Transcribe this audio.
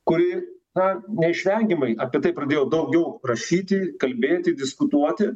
kuri na neišvengiamai apie tai pradėjo daugiau rašyti kalbėti diskutuoti